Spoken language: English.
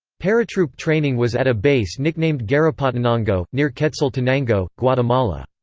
paratroop training was at a base nicknamed garrapatenango, near quetzaltenango, guatemala.